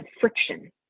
friction